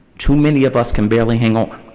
too many of us can barely hang on.